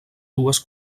dues